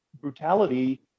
brutality